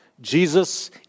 Jesus